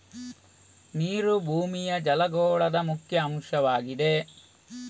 ನೀರು ಭೂಮಿಯ ಜಲಗೋಳದ ಮುಖ್ಯ ಅಂಶವಾಗಿದೆ